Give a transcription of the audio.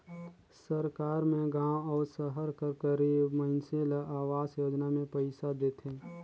सरकार में गाँव अउ सहर कर गरीब मइनसे ल अवास योजना में पइसा देथे